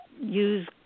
use